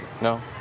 No